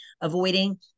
Avoiding